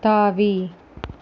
தாவி